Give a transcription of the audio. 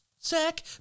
sack